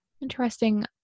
interesting